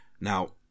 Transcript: Now